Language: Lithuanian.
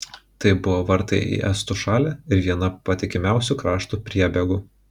tai buvo vartai į estų šalį ir viena patikimiausių krašto priebėgų